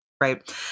right